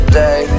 day